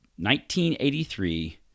1983